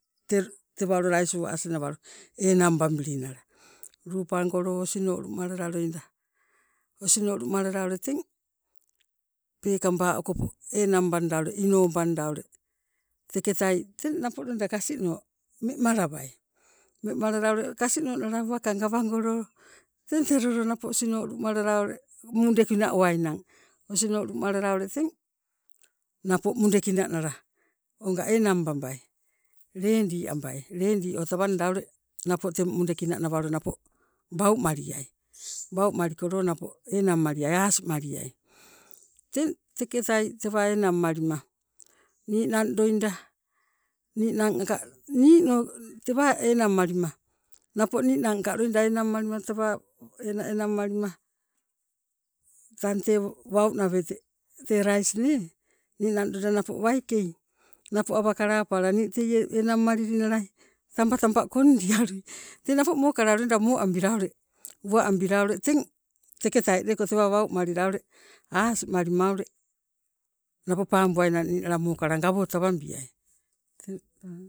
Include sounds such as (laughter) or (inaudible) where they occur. Tee tewalo lais uwa asi nawalo enang babilinna, luupangolo osino lumalala loida, osino lumalala teng peekamba okopo ule enang banda inobanda ule teketai teng napo loida kasino memalawai. Memalala ule kasinola uwaka gawangolo teng telo loo napo osino lumalala ule mudekina owainang osino lumalala teng napo mudekina nala oga enangbabai ledi ambai, ledi o tawanda ule napo teng mudekina nawalo napo wau maliai, (noise) wau malikolo napo enangmaliai asimaliai. Teng teketai tewa enangmalima ninang loida, ninang aka nino tewa enang malima napo ninang aka loida enang malima taba enaenang malima (noise) tang tee wau nawete tee lais nee ninang loida waikei napo awa kalapala nii teie enang maili nalai tamba tamba kondialui, (laughs) teng napo mokala loida mo abila ule uwa abila ule teng teketai leko tewa waumalila ule aasimalima ule napo paambuainang ninala mokala gawotawambiai. (unintelligible)